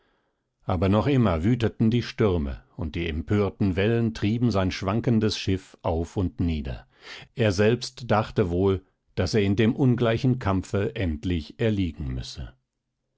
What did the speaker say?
aber noch immer wüteten die stürme und die empörten wellen trieben sein schwankendes schiff auf und nieder er selbst dachte wohl daß er in dem ungleichen kampfe endlich erliegen müsse